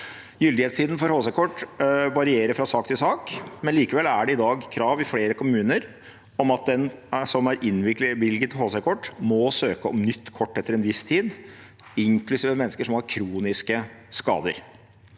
Gyldighetstiden for HC-kort varierer fra sak til sak, men likevel er det i dag krav i flere kommuner om at den som er innvilget HC-kort, må søke om nytt kort etter en viss tid, inklusiv mennesker som har kroniske skader.